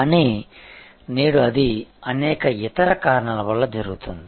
కానీ నేడు అది అనేక ఇతర కారణాల వల్ల జరుగుతోంది